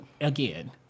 again